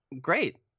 great